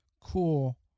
Cool